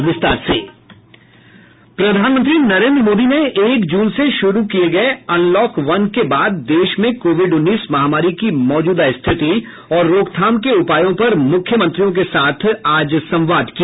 प्रधानमंत्री नरेंद्र मोदी ने एक जून से शुरू किये गये अनलॉक वन के बाद देश में कोविड उन्नीस महामारी की मौजूदा स्थिति और रोकथाम के उपायों पर मुख्यमंत्रियों के साथ आज संवाद किया